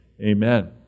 amen